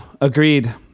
agreed